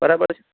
બરાબર છે